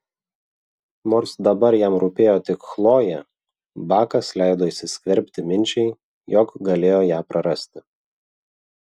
nors dabar jam rūpėjo tik chlojė bakas leido įsiskverbti minčiai jog galėjo ją prarasti